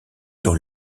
dans